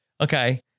Okay